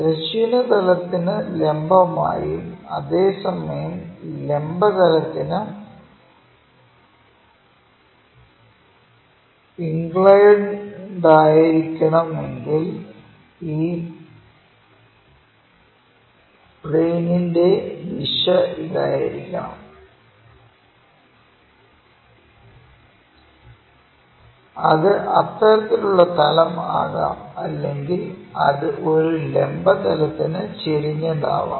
തിരശ്ചീന തലത്തിനു ലംബമായും അതെ സമയം ലംബ തലത്തിനു ഇൻക്ലൈൻഡും ആയിരിക്കണമെങ്കിൽ ഈ പ്ലെയിനിന്റെ ദിശ ഇതായിരിക്കണം അത് അത്തരത്തിലുള്ള തലം ആകാം അല്ലെങ്കിൽ അത് ഒരു ലംബ തലത്തിന് ചെരിഞ്ഞതായിരിക്കാം